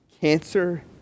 cancer